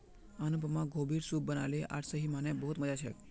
अनुपमा गोभीर सूप बनाले आर सही म न बहुत मजा छेक